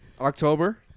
October